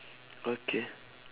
okay